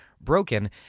broken